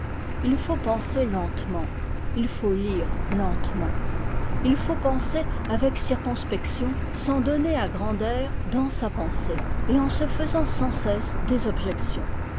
il faut penser lentement il faut lire lentement il faut penser avec circonspection sans donner à grand'erre dans sa pensée et en se faisant sans cesse des objections